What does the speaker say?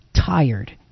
tired